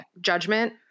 judgment